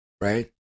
Right